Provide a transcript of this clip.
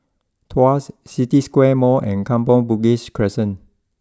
Tuas City Square Mall and Kampong Bugis Crescent